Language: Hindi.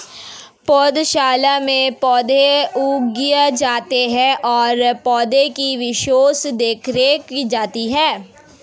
पौधशाला में पौधे उगाए जाते हैं और पौधे की विशेष देखरेख की जाती है